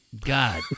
God